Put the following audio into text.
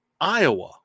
Iowa